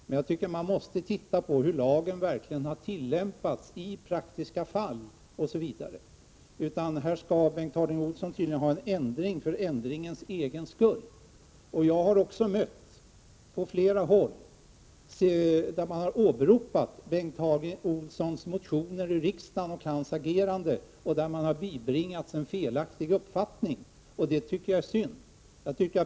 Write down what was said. Men man måste ta hänsyn till hur lagen har tillämpats i fall i praktiken. Bengt Harding Olson vill tydligen ha en ändring för ändringens egen skull. Jag har på flera håll hört att man har åberopat Bengt Harding Olsons motioner i riksdagen och hans agerande och har bibringats en felaktig uppfattning. Det är synd.